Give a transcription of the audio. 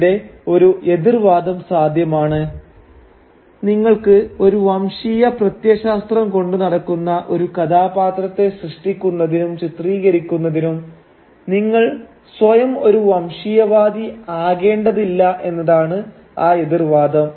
ഇവിടെ ഒരു എതിർവാദം സാധ്യമാണ് നിങ്ങൾക്ക് ഒരു വംശീയ പ്രത്യയശാസ്ത്രം കൊണ്ടു നടക്കുന്ന ഒരു കഥാപാത്രത്തെ സൃഷ്ടിക്കുന്നതിനും ചിത്രീകരിക്കുന്നതിനും നിങ്ങൾ സ്വയം ഒരു വംശീയ വാദി ആകേണ്ടതില്ല എന്നതാണ് ആ എതിർവാദം